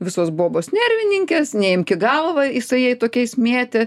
visos bobos nervininkės neimk į galvą jisai jai tokiais mėtė